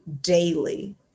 daily